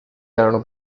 erano